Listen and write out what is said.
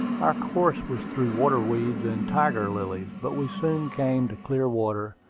our course was through water-weeds and tiger-lilies but we soon came to clear water.